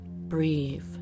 Breathe